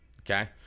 Okay